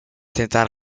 tentar